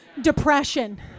Depression